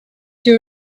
you